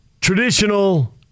traditional